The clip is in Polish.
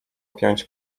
piąć